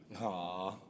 Aw